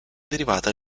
derivata